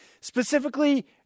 specifically